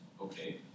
okay